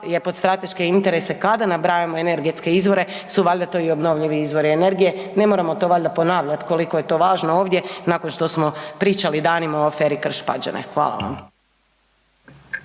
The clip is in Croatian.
je pod strateške interese, kada nabrajamo energetske izvore, su valjda to i obnovljivi izvori energije, ne moramo to valjda ponavljati koliko je to važno ovdje nakon što smo pričali danima o aferi Krš Pađene. Hvala vam.